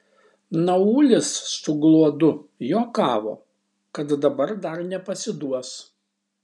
naulis su gluodu juokavo kad dabar dar nepasiduos